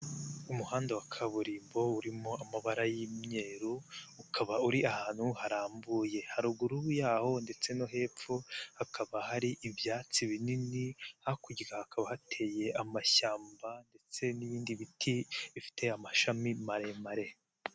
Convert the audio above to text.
Umuhanda wa kaburimbo urimo amabara y'imyeru ukaba uri ahantu harambuye, haruguru yaho ndetse no hepfo hakaba hari ibyatsi binini, hakurya hakaba hateye amashyamba ndetse n'ibindi biti bifite amashami maremare.